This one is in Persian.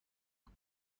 آیا